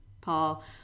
Paul